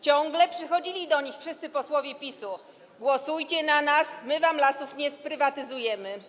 Ciągle przychodzili do nich wszyscy posłowie PiS-u: głosujcie na nas, my wam lasów nie sprywatyzujemy.